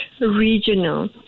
regional